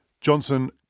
Johnson